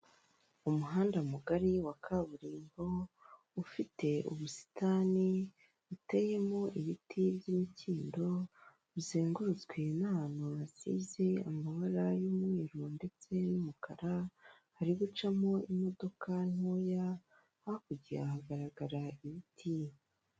Umuhanda mugari wa kaburimbo, ufite ubusitani buteyemo ibiti by'imikindo, buzengurutswe n'ahantu hasize amabara y'umweru ndetse n'umukara, hari gucamo imodoka ntoya, hakurya haragaragara ibiti.